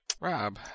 Rob